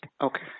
okay